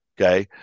okay